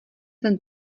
ten